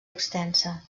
extensa